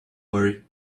worry